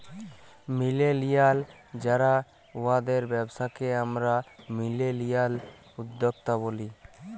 millennial যারা উয়াদের ব্যবসাকে আমরা মিলেলিয়াল উদ্যক্তা ব্যলি